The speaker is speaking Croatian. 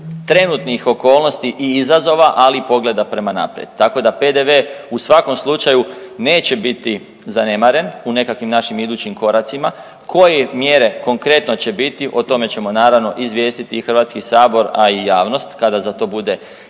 trenutnih okolnosti i izazova, ali i pogleda prema naprijed. Tako da PDV u svakom slučaju neće biti zanemaren u nekakvim našim idućim koracima. Koje mjere konkretno će biti o tome ćemo naravno izvijestiti i Hrvatski sabor, a i javnost kada za to bude i trenutak